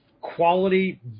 quality